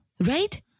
Right